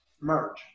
merge